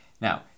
Now